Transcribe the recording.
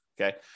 Okay